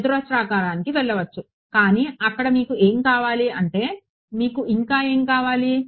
చతురస్రాకారానికి వెళ్లవచ్చు కానీ అక్కడ మీకు ఏమి కావాలి అంటే మీకు ఇంకా ఏమి కావాలి